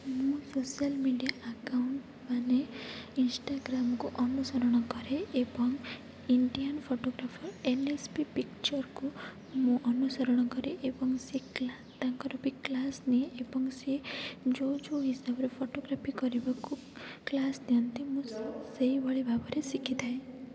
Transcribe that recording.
ମୁଁ social media account ମାନେ ଇନଷ୍ଟାଗ୍ରାମ୍କୁ ଅନୁସରଣ କରେ ଏବଂ Indian photographer L S B ପିକଚର୍କୁ ମୁଁ ଅନୁସରଣ କରେ ଏବଂ ସେ କ୍ଲା ତାଙ୍କର ବି କ୍ଲାସ୍ ନିଏ ଏବଂ ସିଏ ଯେଉଁ ଯେଉଁ ହିସାବରେ ଫଟୋଗ୍ରାଫି କରିବାକୁ କ୍ଲାସ୍ ଦିଅନ୍ତି ମୁଁ ସେହି ଭଳି ଭାବରେ ଶିଖିଥାଏ